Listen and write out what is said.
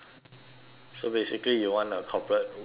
so basically you want a corporate job ah